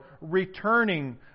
returning